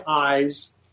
eyes